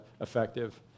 effective